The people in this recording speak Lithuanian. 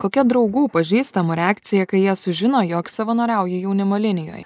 kokia draugų pažįstamų reakcija kai jie sužino jog savanoriauji jaunimo linijoje